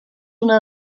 una